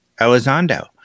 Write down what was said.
Elizondo